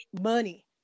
money